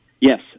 Yes